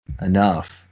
enough